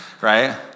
Right